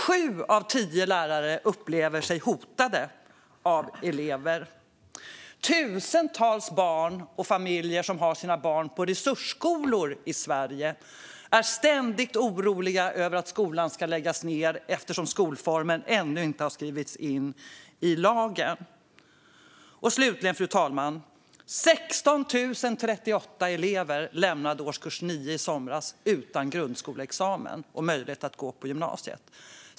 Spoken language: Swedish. Sju av tio lärare upplever sig hotade av elever. Tusentals barn och familjer som har sina barn på resursskolor i Sverige är ständigt oroliga över att skolan ska läggas ned eftersom skolformen ännu inte har skrivits in i lagen. Slutligen, fru talman, lämnade 16 038 elever årskurs nio i somras utan grundskoleexamen och möjlighet att gå på gymnasiet.